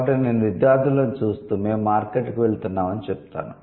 కాబట్టి నేను విద్యార్థులను చూస్తూ 'మేము మార్కెట్కు వెళ్తున్నామని' చెప్తాను